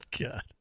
God